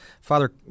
Father